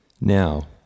Now